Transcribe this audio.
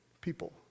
people